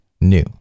new